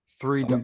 three